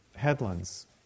headlands